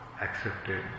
accepted